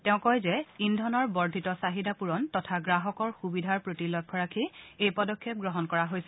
তেওঁ কয় যে ইন্ধনৰ বৰ্ধিত চাহিদা পূৰণ তথা গ্ৰাহকৰ সুবিধাৰ প্ৰতি লক্ষ্য ৰাখি এই পদক্ষেপ গ্ৰহণ কৰা হৈছে